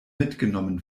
mitgenommen